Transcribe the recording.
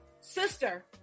sister